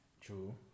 True